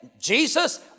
Jesus